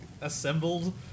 assembled